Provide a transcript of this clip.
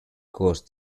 cause